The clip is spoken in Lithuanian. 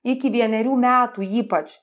iki vienerių metų ypač